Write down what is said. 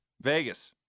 Vegas